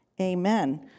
Amen